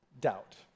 doubt